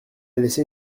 laissé